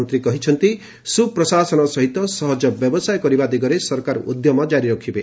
ମନ୍ତ୍ରୀ କହିଛନ୍ତି ସୁପ୍ରଶାସନ ସହିତ ସହଜ ବ୍ୟବସାୟ କରିବା ଦିଗରେ ସରକାର ଉଦ୍ୟମ କାରି ରଖିବେ